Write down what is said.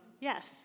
yes